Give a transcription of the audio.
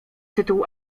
tytułu